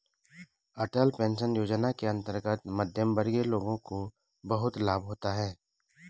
अटल pension Yojana के अंतर्गत मध्यमवर्गीय लोगों को बहुत लाभ होता है